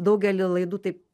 daugelį laidų taip